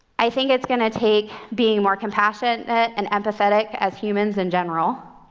i think it's going to take being more compassionate and empathetic as humans, in general,